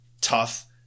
tough